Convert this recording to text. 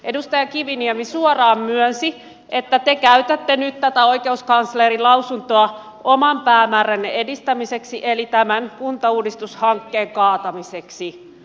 edustaja kiviniemi suoraan myönsi että te käytätte nyt tätä oikeuskanslerin lausuntoa oman päämääränne edistämiseksi eli tämän kuntauudistushankkeen kaatamiseksi